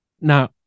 Now